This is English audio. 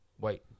wait